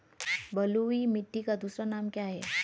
बलुई मिट्टी का दूसरा नाम क्या है?